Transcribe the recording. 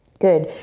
good,